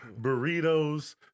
burritos